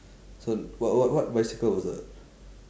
so what what what bicycle was that